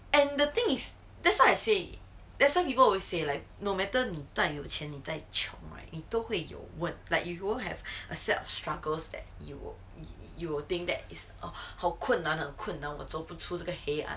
and the thing is that's why I say that's why people always say like no matter 你再有钱你再穷 right 你都会有问 like you would have a set of struggles that you will you will think that his 好困难好困难我走不出这个黑暗